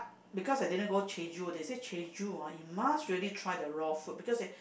because I didn't go Jeju they say Jeju ah you must really try the raw food because they